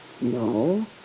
No